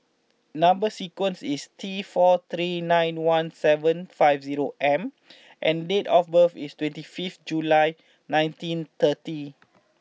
number sequence is T four three nine one seven five zero M and date of birth is twenty fifth July nineteen thirty